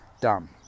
done